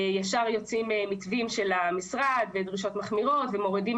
ישר יוצאים מתווים של המשרד ודרישות מחמירות ומורידים